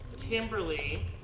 Kimberly